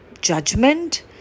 judgment